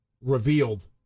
revealed